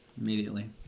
immediately